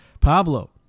Pablo